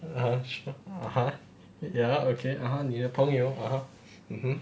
(uh huh) (uh huh) ya lah okay ah 你的朋友 ah